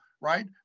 right